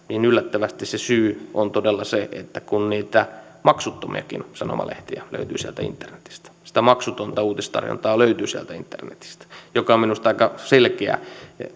yllättävästi on se että niitä maksuttomiakin sanomalehtiä löytyy sieltä internetistä sitä maksutonta uutistarjontaa löytyy sieltä internetistä mikä on minusta aika selkeä